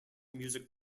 music